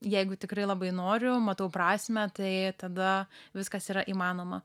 jeigu tikrai labai noriu matau prasmę tai tada viskas yra įmanoma